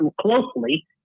closely